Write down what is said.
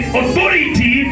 authority